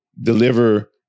deliver